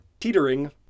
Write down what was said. teetering